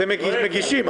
אתם מגישים.